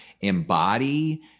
embody